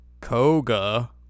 Koga